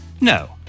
No